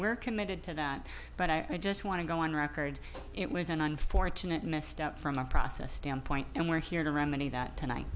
we're committed to that but i just want to go on record it was an unfortunate messed up from a process standpoint and we're here to remedy that tonight